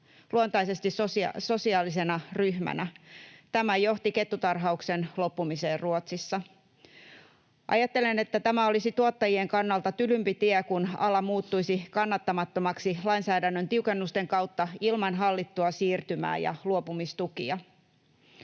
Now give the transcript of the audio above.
luontaisesti sosiaalisena ryhmänä. Tämä johti kettutarhauksen loppumiseen Ruotsissa. Ajattelen, että tämä olisi tuottajien kannalta tylympi tie, kun ala muuttuisi kannattamattomaksi lainsäädännön tiukennusten kautta ilman hallittua siirtymää ja luopumistukia.